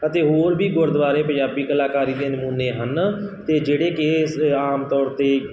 ਅਤੇ ਹੋਰ ਵੀ ਗੁਰਦੁਆਰੇ ਪੰਜਾਬੀ ਕਲਾਕਾਰੀ ਦੇ ਨਮੂਨੇ ਹਨ ਅਤੇ ਜਿਹੜੇ ਕਿ ਇਸ ਆਮ ਤੌਰ 'ਤੇ